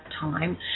time